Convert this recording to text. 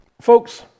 Folks